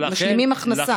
והם משלימים הכנסה.